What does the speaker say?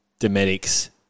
Dometic's